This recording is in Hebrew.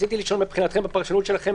בפרשנות שלכם